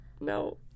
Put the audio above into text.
no